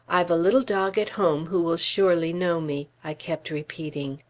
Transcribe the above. i've a little dog at home who will surely know me, i kept repeating.